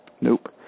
Nope